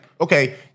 Okay